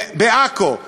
בעכו,